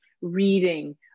reading